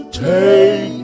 take